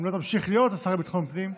אם לא תמשיך להיות השר לביטחון הפנים,